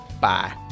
Bye